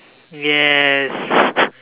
yes